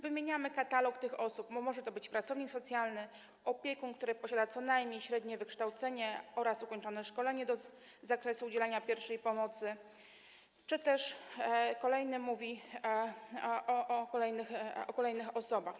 Wymieniamy katalog tych osób: może to być pracownik socjalny, opiekun, który posiada co najmniej średnie wykształcenie oraz ukończone szkolenie z zakresu udzielania pierwszej pomocy, czy też mówi się o kolejnych osobach.